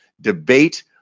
debate